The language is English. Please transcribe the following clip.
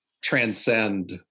transcend